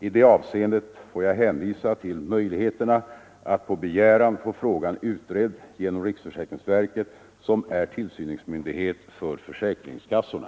I det avseendet får jag hänvisa till möjligheten att på begäran få frågan utredd genom riksförsäkringsverket som är tillsynsmyndighet över försäkringskassorna.